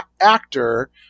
actor